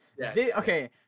okay